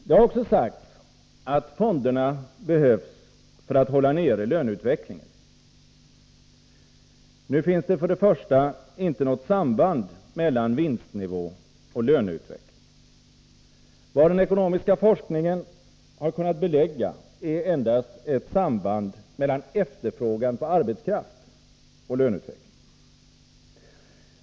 Det har också sagts att fonderna behövs för att hålla nere löneutvecklingen. Nu finns det emellertid inte något samband mellan vinstnivå och löneutveckling. Vad den ekonomiska forskningen kunnat belägga är endast ett samband mellan efterfrågan på arbetskraft och löneutvecklingen.